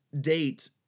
date